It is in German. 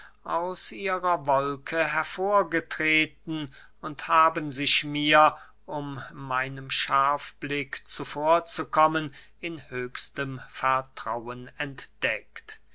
aus ihrer wolke hervorgetreten und haben sich mir um meinem scharfblick zuvorzukommen in höchstem vertrauen entdeckt